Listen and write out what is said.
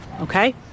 okay